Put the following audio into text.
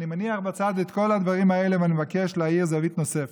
אני מניח בצד את כל הדברים האלה ואני מבקש להאיר זווית נוספת.